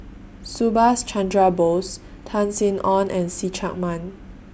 Subhas Chandra Bose Tan Sin Aun and See Chak Mun